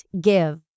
Give